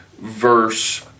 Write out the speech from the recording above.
verse